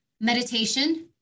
meditation